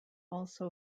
also